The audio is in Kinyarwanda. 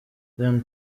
zion